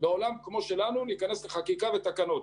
בעולם כמו שלנו להיכנס לחקיקה ותקנות.